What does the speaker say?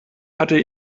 hatte